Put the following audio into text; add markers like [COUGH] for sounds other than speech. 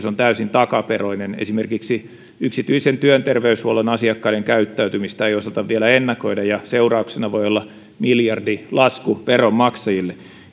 [UNINTELLIGIBLE] on täysin takaperoinen esimerkiksi yksityisen työterveyshuollon asiakkaiden käyttäytymistä ei osata vielä ennakoida ja seurauksena voi olla miljardilasku veronmaksajille